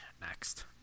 next